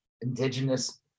indigenous